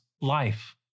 life